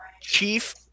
chief